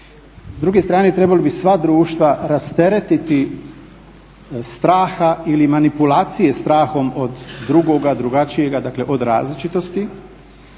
S druge strane trebalo bi sva društva rasteretiti straha ili manipulacije strahom od drugoga, drugačijega, dakle od različitosti.